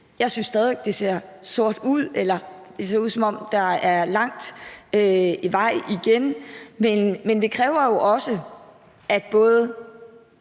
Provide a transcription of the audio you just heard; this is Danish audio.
Jeg synes stadig væk, det ser sort ud, eller det ser ud, som om der er lang vej igen, men det kræver jo også, at både